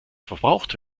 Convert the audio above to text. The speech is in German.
verbraucht